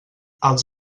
els